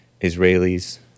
Israelis